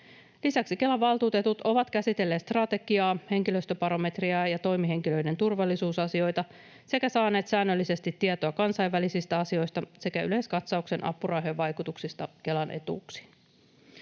Lisäksi Kelan valtuutetut ovat käsitelleet strategiaa, henkilöstöbarometria ja toimihenkilöiden turvallisuusasioita sekä saaneet säännöllisesti tietoa kansainvälisistä asioista sekä yleiskatsauksen apurahojen vaikutuksista Kelan etuuksiin.